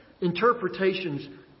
Interpretations